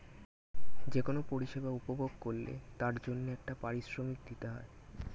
যে কোন পরিষেবা উপভোগ করলে তার জন্যে একটা পারিশ্রমিক দিতে হয়